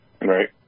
Right